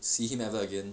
see him ever again